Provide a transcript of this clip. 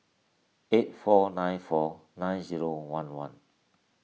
eight four nine four nine zero one one